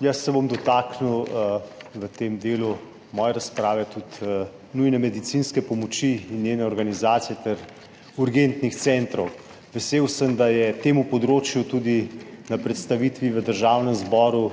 Jaz se bom dotaknil v tem delu moje razprave tudi nujne medicinske pomoči in njene organizacije ter urgentnih centrov. Vesel sem, da je temu področju tudi na predstavitvi v Državnem zboru